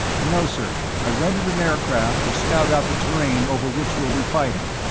no, sir. i rented an aircraft to scout out the terrain over which we'll be fighting.